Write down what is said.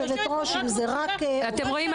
אתם רואים,